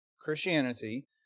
Christianity